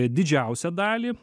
didžiausią dalį